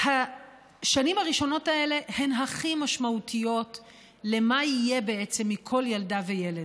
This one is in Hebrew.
השנים הראשונות האלה הן הכי משמעותיות למה יהיה בעצם מכל ילדה וילד.